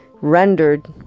rendered